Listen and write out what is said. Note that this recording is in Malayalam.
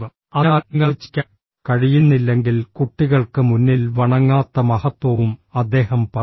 അതിനാൽ നിങ്ങൾക്ക് ചിരിക്കാൻ കഴിയുന്നില്ലെങ്കിൽ കുട്ടികൾക്ക് മുന്നിൽ വണങ്ങാത്ത മഹത്വവും അദ്ദേഹം പറയുന്നു